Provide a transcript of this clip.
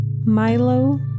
Milo